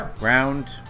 round